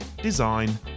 design